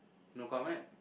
no comment